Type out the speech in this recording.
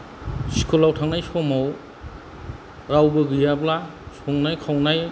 स्कुलाव थांनाय समाव रावबो गैयाब्ला संनाय खावनाय